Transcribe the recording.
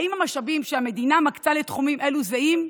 האם המשאבים שהמדינה מקצה לתחומים אלו זהים?